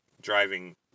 driving